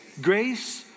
Grace